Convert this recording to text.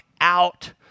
out